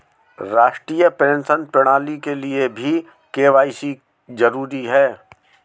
राष्ट्रीय पेंशन प्रणाली के लिए भी के.वाई.सी जरूरी है